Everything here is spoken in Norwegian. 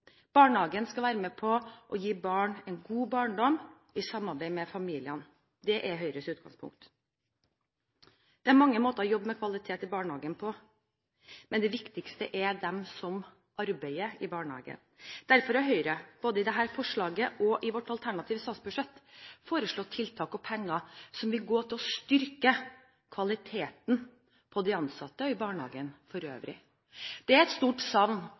Barnehagen skal være med på å gi barn en god barndom i samarbeid med familiene. Det er Høyres utgangspunkt. Det er mange måter å jobbe med kvalitet i barnehagen på, men det viktigste er de som arbeider i barnehagen. Derfor har Høyre, både i dette forslaget og i sitt alternative statsbudsjett, foreslått tiltak og penger som vil gå til å styrke kvaliteten på de ansatte og barnehagen for øvrig. Det er et stort savn